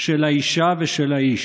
של האישה ושל האיש,